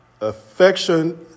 Affection